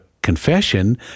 confession